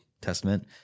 testament